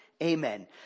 Amen